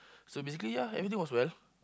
so basically ya everything was well